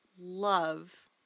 love